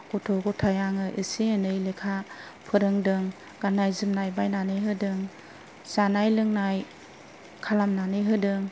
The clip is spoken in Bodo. गथ' गथाय आङो इसे एनै लेखा फोरोंदों गाननाय जोमनाय बायनानै होदों जानाय लोंनाय खालामनानै होदों